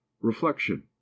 reflection